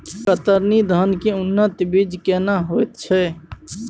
कतरनी धान के उन्नत बीज केना होयत छै?